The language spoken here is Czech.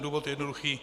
Důvod je jednoduchý.